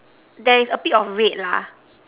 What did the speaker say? there is a bit of red lah